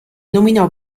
nominò